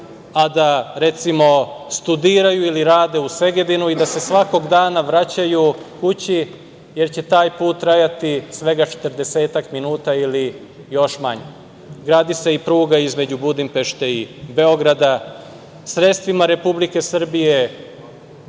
a da, recimo, studiraju ili rade u Segedinu i da se svakog dana vraćaju kući, jer će taj put trajati svega 40-ak minuta ili još manje. Gradi se i pruga između Budimpešte i Beograda. Sredstvima Republike Srbije